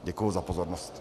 Děkuji za pozornost.